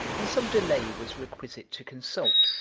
and some delay was requisite to consult,